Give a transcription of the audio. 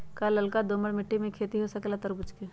का लालका दोमर मिट्टी में खेती हो सकेला तरबूज के?